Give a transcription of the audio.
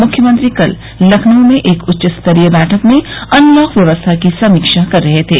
मुख्यमंत्री कल लखनऊ में एक उच्चस्तरीय बैठक में अनलॉक व्यवस्था की समीक्षा कर रहे थे